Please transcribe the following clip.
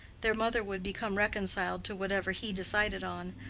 their mother would become reconciled to whatever he decided on,